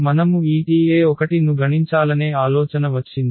మనము ఈ Te1 ను గణించాలనే ఆలోచన వచ్చింది